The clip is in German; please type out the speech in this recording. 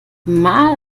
mal